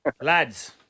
Lads